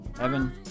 Evan